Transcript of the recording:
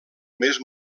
més